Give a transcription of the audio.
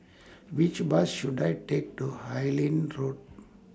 Which Bus should I Take to Harlyn Road